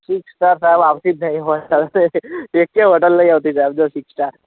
six star સાહેબ આવતી જ નહિ એકેય હોટલ નઇ આવતી સાહેબ સિક્સ સ્ટાર